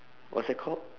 what's that called